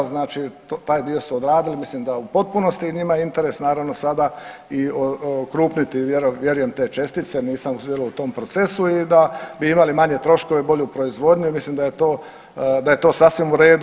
Znači taj dio su odradili mislim da u potpunosti njima je interes naravno sada i okrupniti vjerujem te čestice, nisam sudjelovao u tom procesu i da bi imali manje troškove i bolju proizvodnju i mislim da je to sasvim u redu.